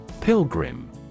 Pilgrim